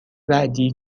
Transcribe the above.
بعدی